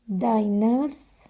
dinners